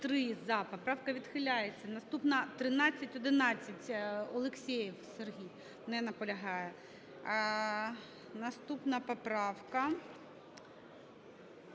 Наступна поправка